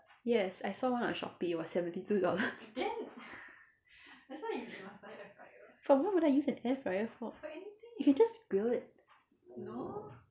yes I saw one on shopee it was seventy two dollars but what would I use an air fryer for you can just grill it